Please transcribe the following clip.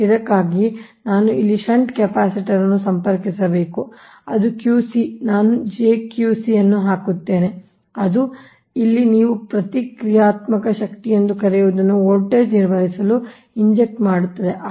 ಇದಕ್ಕಾಗಿ ನಾನು ಇಲ್ಲಿ ಷಂಟ್ ಕೆಪಾಸಿಟರ್ ಅನ್ನು ಸಂಪರ್ಕಿಸಬೇಕು ಅದು Q c ನಾನು j Q c ಅನ್ನು ಹಾಕುತ್ತೇನೆ ಅದು ಇಲ್ಲಿ ನೀವು ಪ್ರತಿಕ್ರಿಯಾತ್ಮಕ ಶಕ್ತಿ ಎಂದು ಕರೆಯುವದನ್ನು ವೋಲ್ಟೇಜ್ ನಿರ್ವಹಿಸಲು ಇಂಜೆಕ್ಟ್ ಮಾಡುತ್ತದೆ